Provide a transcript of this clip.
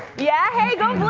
yeah, hey, go